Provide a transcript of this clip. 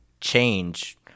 change